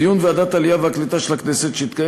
בדיון בוועדת העלייה והקליטה של הכנסת שהתקיים